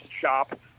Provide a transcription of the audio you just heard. shop